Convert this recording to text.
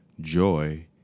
Joy